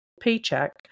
paycheck